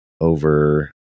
over